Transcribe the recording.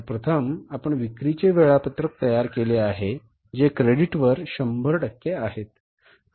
तर प्रथम आपण विक्रीचे वेळापत्रक तयार केले आहे जे क्रेडिटवर शंभर टक्के आहेत